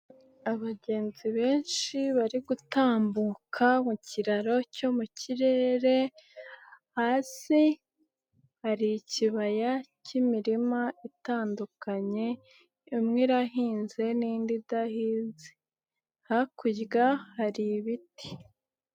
Abagenzi benshi bari gutambuka mu kiraro cyo mu kirere, hasi hari ikibaya cy'imirima itandukanye, imwe irahinze n'indi idahinze. Hakurya hari ibiti.